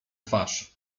twarz